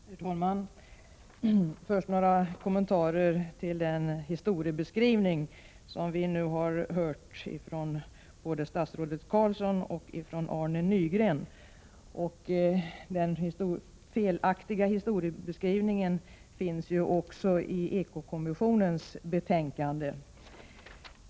Herr talman! Först några kommentarer till statsrådet Carlssons och Arne Nygrens historieskrivning som vi nu har hört. Den felaktiga historieskrivningen finns ju också i eko-kommissionens betänkande.